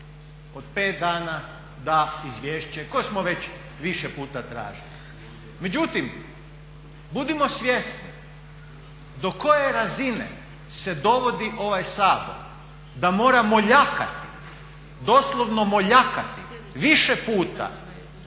od pet dana da izvješće koje smo već više puta tražili. Međutim, budimo svjesni do koje razine se dovodi ovaj Sabor da mora moljakati, doslovno moljakati više puta